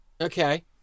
Okay